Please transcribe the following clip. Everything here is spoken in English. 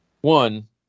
One